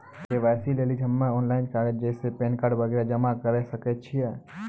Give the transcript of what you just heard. KYC लेली हम्मय online कागज जैसे पैन कार्ड वगैरह जमा करें सके छियै?